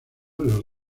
los